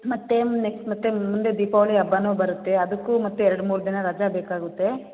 ಮತ್ತು ನೆಕ್ಸ್ಟ್ ಮತ್ತೆ ಮುಂದೆ ದೀಪಾವಳಿ ಹಬ್ಬವೂ ಬರುತ್ತೆ ಅದಕ್ಕೂ ಮತ್ತೆ ಎರ್ಡು ಮೂರು ದಿನ ರಜಾ ಬೇಕಾಗುತ್ತೆ